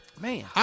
Man